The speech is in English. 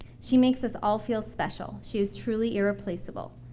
she makes us all feel special. she is truly irreplaceable.